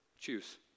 Choose